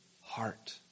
heart